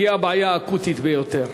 היא הבעיה האקוטית ביותר,